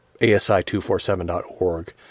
asi247.org